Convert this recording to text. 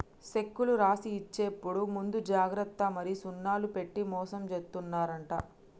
సెక్కులు రాసి ఇచ్చేప్పుడు ముందు జాగ్రత్త మరి సున్నాలు పెట్టి మోసం జేత్తున్నరంట